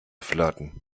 flirten